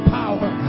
power